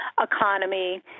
economy